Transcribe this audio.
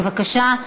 בבקשה.